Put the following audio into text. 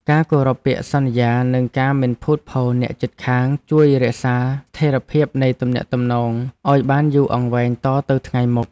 ការគោរពពាក្យសន្យានិងការមិនភូតភរអ្នកជិតខាងជួយរក្សាស្ថិរភាពនៃទំនាក់ទំនងឱ្យបានយូរអង្វែងតទៅថ្ងៃមុខ។